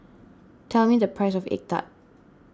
tell me the price of Egg Tart